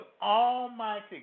almighty